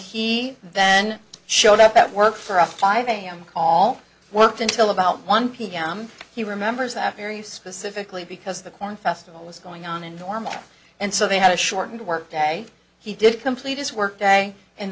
he then showed up at work for a five am call worked until about one pm he remembers that very specifically because the corn festival was going on in norman and so they had a shortened work day he did complete his workday and